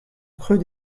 creux